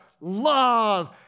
love